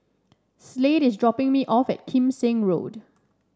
Slade is dropping me off at Kim Seng Road